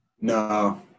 no